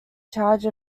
charge